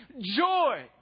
joy